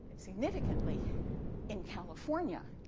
significantly in california,